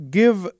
give